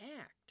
act